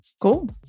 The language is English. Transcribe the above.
Cool